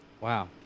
Wow